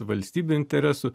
valstybių interesų